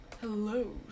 Hello